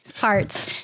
parts